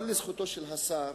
אבל לזכותו של השר,